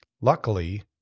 Luckily